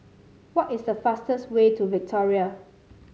what is the fastest way to Victoria